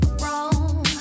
wrong